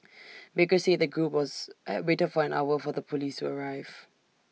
baker said the group was at waited for an hour for the Police to arrive